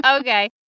okay